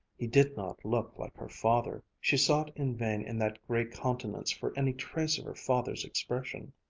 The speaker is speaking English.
he did not look like her father. she sought in vain in that gray countenance for any trace of her father's expression.